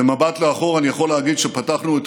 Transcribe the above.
במבט לאחור אני יכול להגיד שפתחנו את